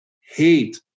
hate